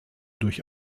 durch